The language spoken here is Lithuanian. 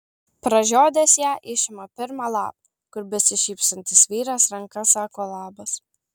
pražiodęs ją išima pirmą lapą kur besišypsantis vyras ranka sako labas